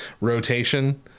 rotation